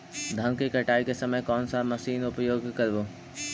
धान की कटाई के समय कोन सा मशीन उपयोग करबू?